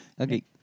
Okay